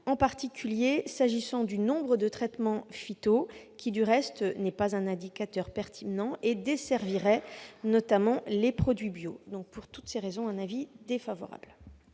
en particulier s'agissant du nombre de traitements phytosanitaires, qui, du reste, n'est pas un indicateur pertinent et desservirait notamment les produits bio. Pour toutes ces raisons, la commission émet